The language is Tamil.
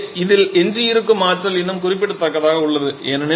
இப்போது இதில் எஞ்சியிருக்கும் ஆற்றல் இன்னும் குறிப்பிடத்தக்கதாக உள்ளது